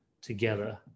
together